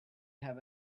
have